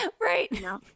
Right